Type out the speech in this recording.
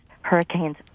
hurricanes